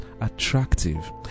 attractive